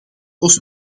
ons